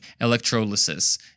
electrolysis